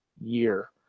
year